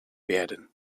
werden